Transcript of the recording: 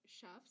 Chefs